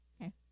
okay